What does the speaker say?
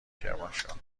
کرمانشاه